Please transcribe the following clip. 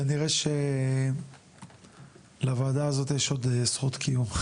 כנראה שלוועדה הזאת יש עוד זכות קיום,